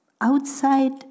outside